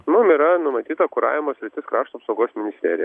mum yra numatyta kuravimo sritis krašto apsaugos ministerija